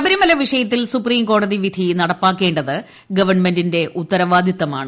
ശബരിമല് വീഷയത്തിൽ സുപ്രീംകോടതി വിധി നടപ്പാക്കേണ്ടത് ഗവൺമെന്റിന്റെ ഉത്തരവാദിത്തമാണ്